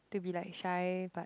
to be like shy but